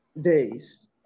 days